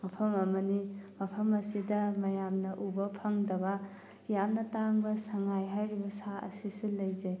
ꯃꯐꯝ ꯑꯃꯅꯤ ꯃꯐꯝ ꯑꯁꯤꯗ ꯃꯌꯥꯝꯅ ꯎꯕ ꯐꯪꯗꯕ ꯌꯥꯝꯅ ꯇꯥꯡꯕ ꯁꯉꯥꯏ ꯍꯥꯏꯔꯤꯕ ꯁꯥ ꯑꯁꯤꯁꯤ ꯂꯩꯖꯩ